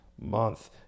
month